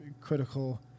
critical –